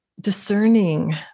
discerning